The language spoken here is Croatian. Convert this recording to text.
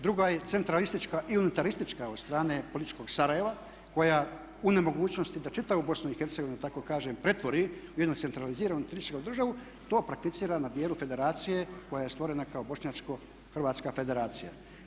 Druga je centralistička i unutaristička od strane političkog Sarajeva koja u nemogućnosti da čitavu Bosnu i Hercegovinu da tako kažem pretvori u jednu centraliziranu unutarističku državu to prakticira na dijelu federacije koja je stvorena kao bošnjačko-hrvatska federacija.